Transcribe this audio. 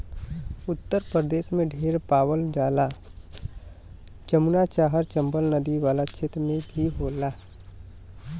उत्तर प्रदेश में ढेर पावल जाला एकर अलावा जमुना आउर चम्बल नदी वाला क्षेत्र में भी होला